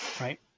Right